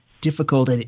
difficult